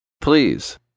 Please